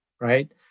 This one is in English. right